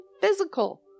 physical